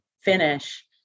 finish